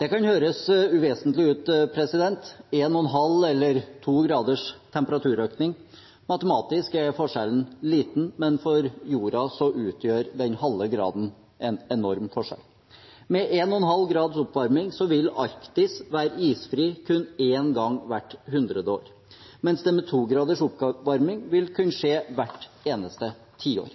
Det kan høres uvesentlig ut med 1,5 eller 2 graders temperaturøkning. Matematisk er forskjellen liten, men for jorden utgjør den halve graden en enorm forskjell. Med 1,5 graders oppvarming vil Arktis være isfri kun én gang hvert 100. år, mens det med 2 graders oppvarming vil kunne skje hvert eneste tiår.